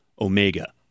Omega